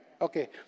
Okay